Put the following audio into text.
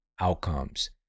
outcomes